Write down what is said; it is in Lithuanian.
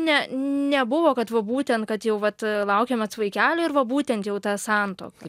ne nebuvo kad va būtent kad jau vat laukiamės vaikelio ir va būtent jau ta santuoka